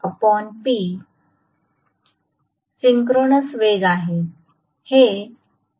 तर सिंक्रोनस वेग आहे